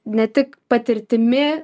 ne tik patirtimi